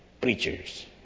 preachers